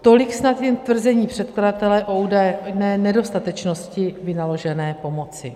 Tolik snad jen tvrzení předkladatele o údajné nedostatečnosti vynaložené pomoci.